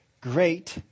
great